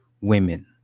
women